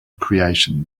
creation